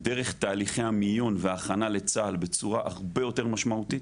דרך תהליכי המיון וההכנה לצה"ל בצורה הרבה יותר משמעותית.